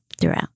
throughout